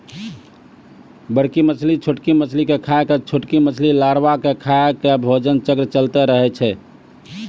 बड़की मछली छोटकी मछली के खाय के, छोटकी मछली लारवा के खाय के भोजन चक्र चलैतें रहै छै